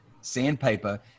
sandpaper